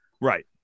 Right